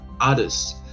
others